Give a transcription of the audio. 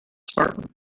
spartan